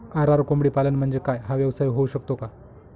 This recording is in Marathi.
आर.आर कोंबडीपालन म्हणजे काय? हा व्यवसाय होऊ शकतो का?